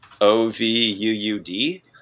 O-V-U-U-D